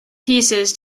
pieces